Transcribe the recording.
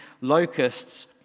locusts